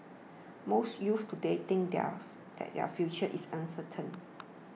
most youths today think their that their future is uncertain